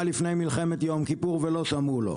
לפני מלחמת יום כיפור ולא שמעו לו.